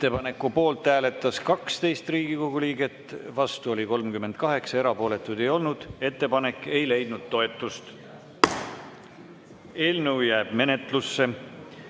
Ettepaneku poolt hääletas 12 Riigikogu liiget, vastu oli 38, erapooletuid ei olnud. Ettepanek ei leidnud toetust. Eelnõu jääb menetlusse.